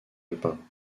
alpin